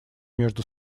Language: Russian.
между